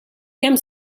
kemm